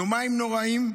יומיים נוראיים,